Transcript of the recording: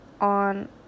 on